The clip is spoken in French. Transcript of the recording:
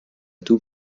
tout